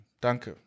Danke